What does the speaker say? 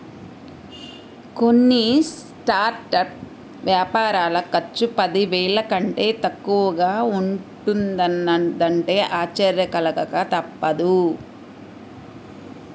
కొన్ని స్టార్టప్ వ్యాపారాల ఖర్చు పదివేల కంటే తక్కువగా ఉంటున్నదంటే ఆశ్చర్యం కలగక తప్పదు